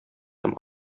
һәм